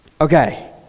Okay